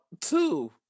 two